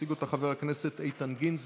יציג אותה חבר הכנסת איתן גינזבורג,